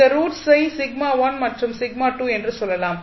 இந்த ரூட்ஸை மற்றும் என்று சொல்லலாம்